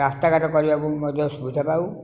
ରାସ୍ତାଘାଟ କରିବାକୁ ମଧ୍ୟ ସୁବିଧାପାଉ